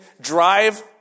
drive